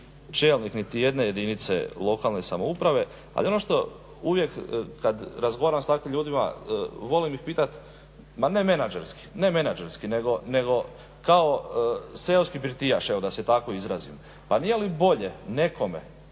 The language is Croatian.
čelnik niti jedne jedinice lokalne samouprave, ali ono što uvijek, kada razgovaram s takvim ljudima, volim ih pitati, ma ne menadžerski, ne menadžerski, nego kao seoski birtijaš, evo da se tako izrazim. Pa nije li bolje nekome